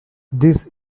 this